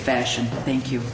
fashion thank you